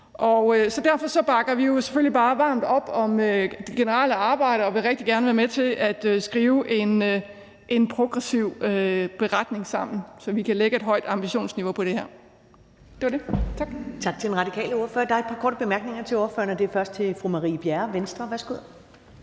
Derfor bakker vi selvfølgelig varmt op om det generelle arbejde og vil rigtig gerne være med til at skrive en progressiv beretning, så vi her kan lægge et højt ambitionsniveau. Det var